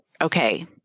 okay